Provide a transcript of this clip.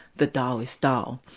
the tao is tao.